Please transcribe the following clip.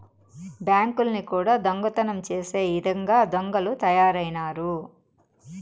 బ్యాంకుల్ని కూడా దొంగతనం చేసే ఇదంగా దొంగలు తయారైనారు